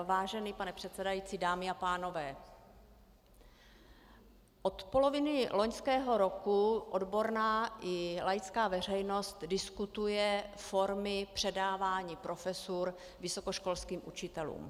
Vážený pane předsedající, dámy a pánové, od poloviny loňského roku odborná i laická veřejnost diskutuje formy předávání profesur vysokoškolským učitelům.